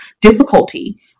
difficulty